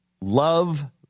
love